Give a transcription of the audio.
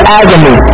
agony